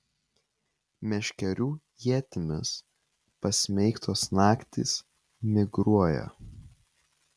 meškerių ietimis pasmeigtos naktys migruoja